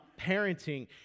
parenting